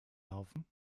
laufen